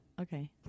Okay